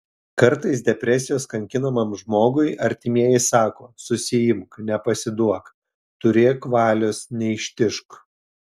kartais depresijos kankinamam žmogui artimieji sako susiimk nepasiduok turėk valios neištižk